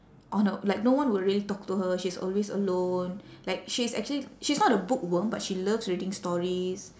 on her like no one will really talk to her she's always alone like she's actually she's not a bookworm but she loves reading stories